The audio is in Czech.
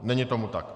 Není tomu tak.